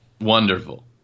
Wonderful